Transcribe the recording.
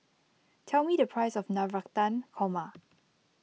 tell me the price of Navratan Korma